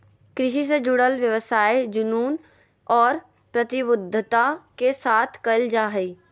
कृषि से जुडल व्यवसाय जुनून और प्रतिबद्धता के साथ कयल जा हइ